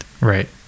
Right